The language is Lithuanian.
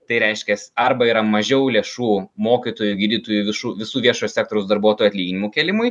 tai reiškias arba yra mažiau lėšų mokytojų gydytojų višų visų viešojo sektoriaus darbuotojų atlyginimų kėlimui